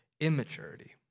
immaturity